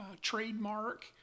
trademark